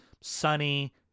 sunny